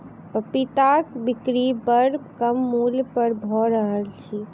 पपीताक बिक्री बड़ कम मूल्य पर भ रहल अछि